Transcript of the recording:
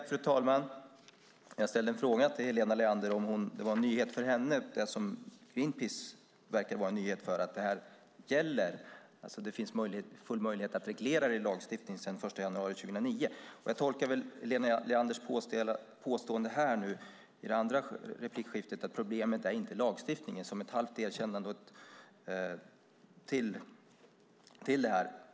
Fru talman! Jag ställde frågan till Helena Leander om det som verkade vara en nyhet för Greenpeace var en nyhet också för henne, att det är fullt möjligt att reglera detta i lagstiftning sedan 2009. Och jag tolkade Helena Leanders påstående i det andra replikskiftet, att problemet inte är lagstiftningen, som ett halvt erkännande.